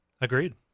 Agreed